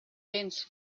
dense